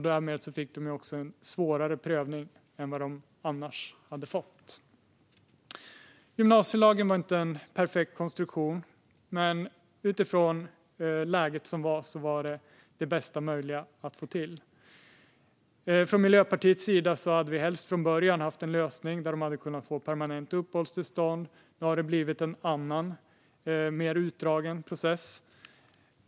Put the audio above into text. Därmed fick de också en svårare prövning än vad de annars hade fått. Gymnasielagen var inte en perfekt konstruktion. Men utifrån det läge som rådde var den det bästa möjliga att få till. Från Miljöpartiets sida hade vi helst från början haft en lösning där de hade kunnat få permanent uppehållstillstånd. Nu har det blivit en annan mer utdragen process.